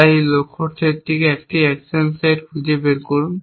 তাই এই লক্ষ্য সেট থেকে একটি অ্যাকশন সেট খুঁজে বের করুন